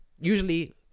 usually